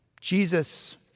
Jesus